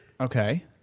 Okay